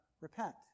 Repent